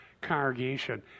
congregation